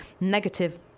negative